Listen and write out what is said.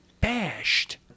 bashed